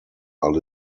are